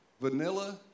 vanilla